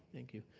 thank you.